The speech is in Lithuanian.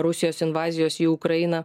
rusijos invazijos į ukrainą